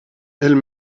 elle